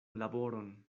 laboron